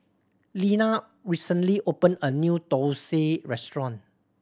Leanna recently opened a new thosai restaurant